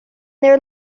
their